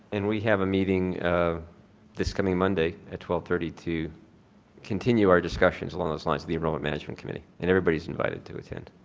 and we have a meeting um this coming monday at twelve thirty to continue our discussions along these lines, the enrollment management committee and everybody's invited to attend.